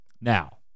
Now